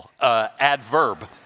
adverb